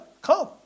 come